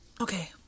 okay